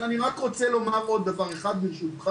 אבל אני רק רוצה לומר עוד דבר אחד ברשותך.